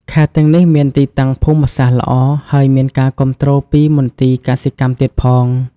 ខេត្តទាំងនេះមានទីតាំងភូមិសាស្ត្រល្អ ហើយមានការគាំទ្រពីមន្ទីរកសិកម្មទៀតផង។